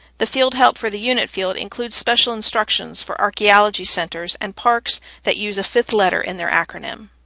the field help for the unit field includes special instructions for archaeology centers and parks that use a fifth letter in their acronym.